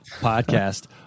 podcast